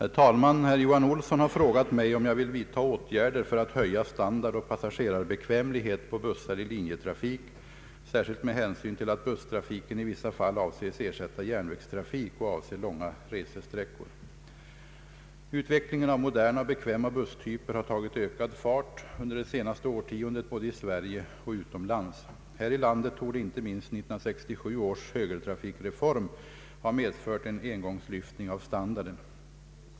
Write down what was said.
Herr talman! Herr Johan Olsson har frågat mig om jag vill vidta åtgärder för att höja standard och passagerarbekvämlighet på bussar i linjetrafik, särskilt med hänsyn till att busstrafiken i vissa fall avses ersätta järnvägstrafik och avser långa resesträckor. Utvecklingen av moderna och bekväma busstyper har tagit ökad fart under det senaste årtiondet både i Sverige och utomlands. Här i landet torde inte minst 1967 års högertrafikreform ha medfört en ”engångslyftning” av standarden.